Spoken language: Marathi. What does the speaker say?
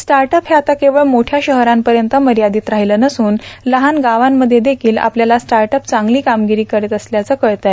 स्टार्टअप हे आता केवळ मोठ्या शहरांपर्यत मर्यादित राहिलं नसून लहान गावांमध्ये देखील आपल्याला स्टार्ट्अप चांगली कामगिरी करीत असल्याचं कळतं